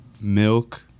milk